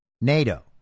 NATO